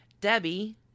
Debbie